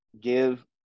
give